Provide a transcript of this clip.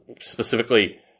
specifically